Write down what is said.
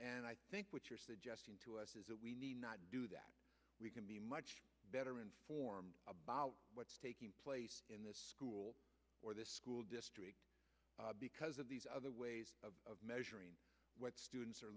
and i think what you're suggesting to us is that we need not do that we can be much better informed about what's taking place in the school or the school district because of these other ways of measuring what students are